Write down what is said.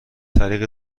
طریق